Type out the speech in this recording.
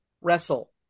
wrestle